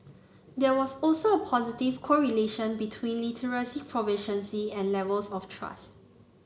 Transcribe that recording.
there was also a positive correlation between literacy proficiency and levels of trust